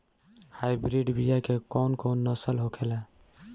Hybrid बीया के कौन कौन नस्ल होखेला?